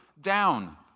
down